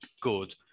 good